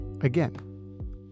again